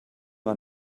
war